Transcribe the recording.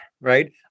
right